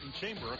Chamber